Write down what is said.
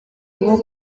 nko